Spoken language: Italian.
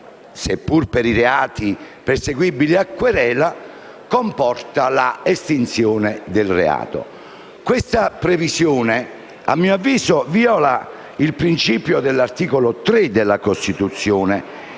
seppur per i reati perseguibili a querela, comporta l'estinzione del reato. Tale previsione - a mio avviso - viola il principio dell'articolo 3 della Costituzione,